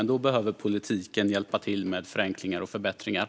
Men då behöver politiken hjälpa till med förenklingar och förbättringar.